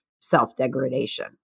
self-degradation